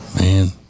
Man